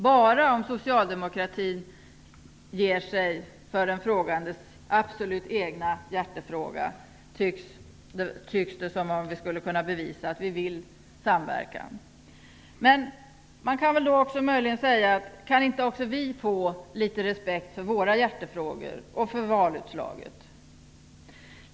Bara om socialdemokratin ger sig för den frågandes egen ståndpunkt i hjärtefrågan kan vi bevisa att vi vill samverka. Men kan inte också ni visa litet respekt för våra hjärtefrågor och för valutslaget?